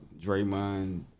Draymond